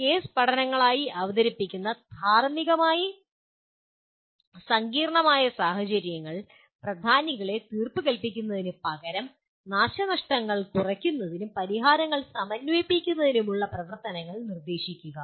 case പഠനങ്ങളായി അവതരിപ്പിക്കുന്ന ധാർമ്മികമായി സങ്കീർണ്ണമായ സാഹചര്യങ്ങളിൽ പ്രധാനികളെ തീർപ്പുകൽപിക്കുന്നതിനുപകരം നാശനഷ്ടങ്ങൾ കുറയ്ക്കുന്നതിനും പരിഹാരങ്ങൾ സമന്വയിപ്പിക്കുന്നതിനുമുള്ള പ്രവർത്തനങ്ങൾ നിർദ്ദേശിക്കുക